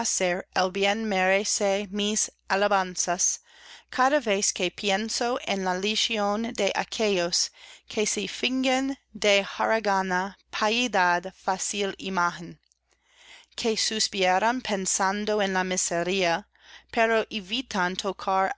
merece mis alabanzas cada vez que pienso en la legión de aquellos que se fingen de haragana piedad fácil imagen que suspiran pensando en la miseria pero